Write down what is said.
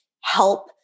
help